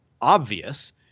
obvious